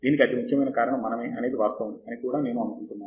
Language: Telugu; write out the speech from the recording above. దీనికి అతి ముఖ్యమైన కారణం మనమే అనేది వాస్తవం అని కూడా నేను అనుకుంటున్నాను